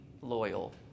loyal